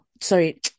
Sorry